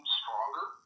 stronger